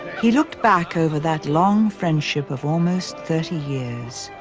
he looked back over that long friendship of almost thirty years.